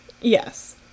Yes